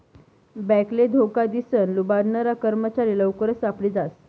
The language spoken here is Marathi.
बॅकले धोका दिसन लुबाडनारा कर्मचारी लवकरच सापडी जास